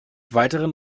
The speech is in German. weiteren